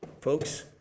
Folks